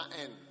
end